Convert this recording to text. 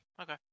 okay